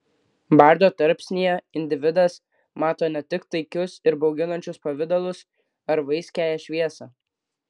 bardo tarpsnyje individas mato ne tik taikius ir bauginančius pavidalus ar vaiskiąją šviesą